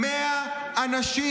100 אנשים?